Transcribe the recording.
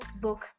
book